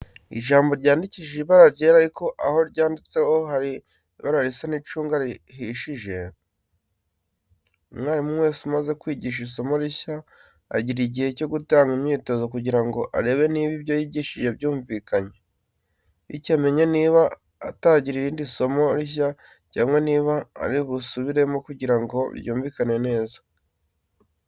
Ijambo ryandikishije ibara ryera ariko aho ryanditseho hari mu ibara risa n'icunga rihishije. Umwarimu wese umaze kwigisha isomo rishya agira igihe cyo gutanga imyitozo kugira ngo arebe niba ibyo yigishije byumvikanye, bityo amenye niba atangira irindi somo rishya cyangwa niba ari busubiremo kugira ngo ryumvikane neza.